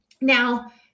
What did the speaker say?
Now